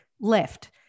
left